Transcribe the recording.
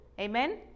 Amen